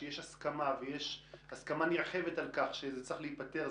שיש הסכמה נרחבת על כך שזה צריך להיפתר.